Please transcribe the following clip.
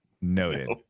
Noted